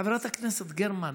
חברת הכנסת גרמן,